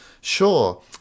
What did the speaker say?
Sure